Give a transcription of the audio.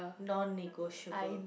non-negotiable